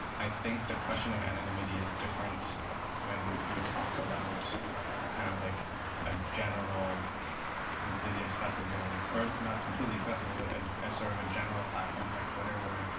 i think the question of anonymity is different when you talk about kind of like a general completely accessible or not completely accessible, but sort of a general platform like twitter where